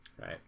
Right